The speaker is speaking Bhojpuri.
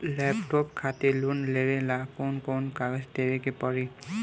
लैपटाप खातिर लोन लेवे ला कौन कौन कागज देवे के पड़ी?